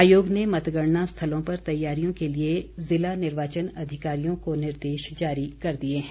आयोग ने मतगणना स्थलों पर तैयारियों के लिए जिला निर्वाचन अधिकारियों को निर्देश जारी कर दिये हैं